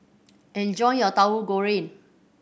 enjoy your Tahu Goreng